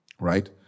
right